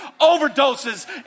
overdoses